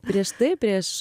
prieš tai prieš